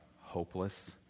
hopeless